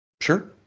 Sure